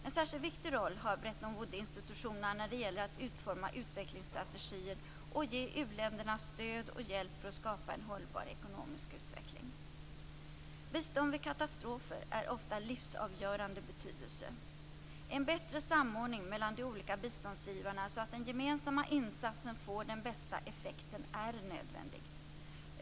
En särskilt viktig roll har Bretton Woodsinstitutionerna när det gäller att utforma utvecklingsstrategier och ge u-länderna stöd och hjälp för att skapa en hållbar ekonomisk utveckling. Bistånd vid katastrofer är ofta av livsavgörande betydelse. En bättre samordning mellan de olika biståndsgivarna, så att den gemensamma insatsen får den bästa effekten, är nödvändig.